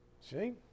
See